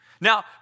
Now